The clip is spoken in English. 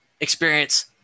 experience